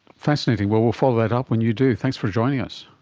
fascinating. well, we'll follow that up when you do. thanks for joining us.